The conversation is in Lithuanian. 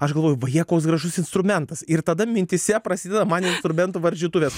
aš galvoju vaje koks gražus instrumentas ir tada mintyse prasideda man jau instrumentų varžytuvės